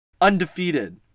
Undefeated